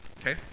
Okay